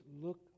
look